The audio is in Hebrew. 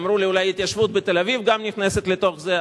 אמרו לי: אולי התיישבות בתל-אביב גם נכנסת לתוך זה?